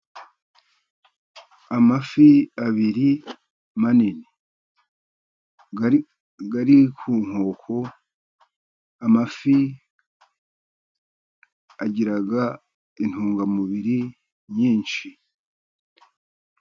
Amafi abiri manini ari ku nkoko. Amafi agira intungamubiri nyinshi.